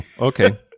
okay